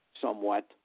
somewhat